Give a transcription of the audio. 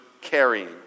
carrying